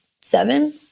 seven